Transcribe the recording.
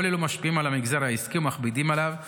כל אלו משפיעים על המגזר העסקי ומכבידים עליו,